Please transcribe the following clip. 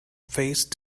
phase